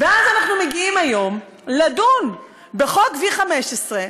ואז אנחנו מגיעים היום לדון בחוק V15,